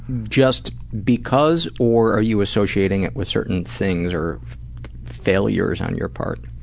just because or are you associating it with certain things or failures on your part?